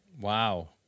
Wow